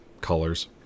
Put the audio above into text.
colors